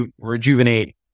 rejuvenate